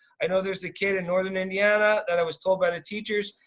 i know there's a kid in northern indiana, that i was told by the teachers.